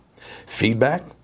Feedback